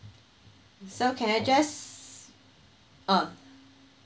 so can I just uh